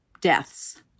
deaths